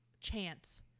chance